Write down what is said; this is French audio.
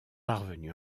parvenu